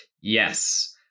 yes